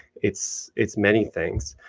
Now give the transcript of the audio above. it's it's many things.